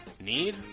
Need